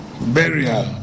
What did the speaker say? burial